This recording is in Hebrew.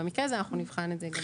אנחנו נבחן את זה.